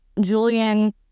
Julian